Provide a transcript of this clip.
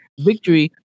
victory